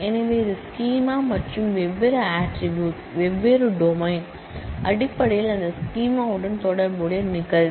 எனவே இது ஸ்கீமா மற்றும் வெவ்வேறு ஆட்ரிபூட்ஸ் வெவ்வேறு டொமைன் அடிப்படையில் அந்த ஸ்கீமாவுடன் தொடர்புடைய நிகழ்வு